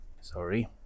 Sorry